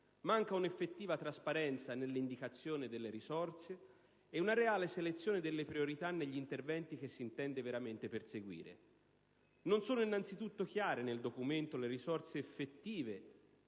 Manca un'effettiva trasparenza nell'indicazione delle risorse e una reale selezione delle priorità negli interventi che si intende veramente perseguire. Non sono innanzitutto chiare nel documento le risorse effettive